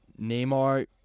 Neymar